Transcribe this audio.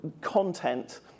content